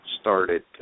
started